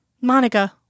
Monica